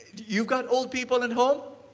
you've got old people at home?